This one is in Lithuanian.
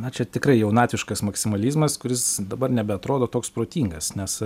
na čia tikrai jaunatviškas maksimalizmas kuris dabar nebeatrodo toks protingas nes